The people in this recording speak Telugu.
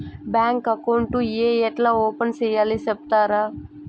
బ్యాంకు అకౌంట్ ఏ ఎట్లా ఓపెన్ సేయాలి సెప్తారా?